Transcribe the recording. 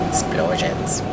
Explosions